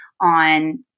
on